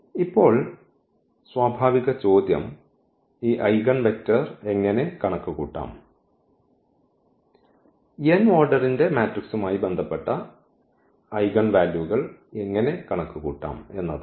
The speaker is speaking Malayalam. ഇപ്പോൾ സ്വാഭാവിക ചോദ്യം ഈ ഐഗൺവെക്റ്റർ എങ്ങനെ കണക്കുകൂട്ടാം n ഓർഡർന്റെ മാട്രിക്സുമായി ബന്ധപ്പെട്ട ഐഗൺ വാല്യൂകൾ എങ്ങനെ കണക്കുകൂട്ടാം എന്നതാണ്